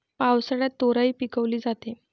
पावसाळ्यात तोराई पिकवली जाते